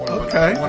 okay